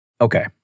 Okay